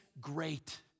great